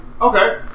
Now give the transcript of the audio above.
Okay